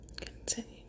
Continue